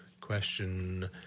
Question